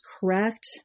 correct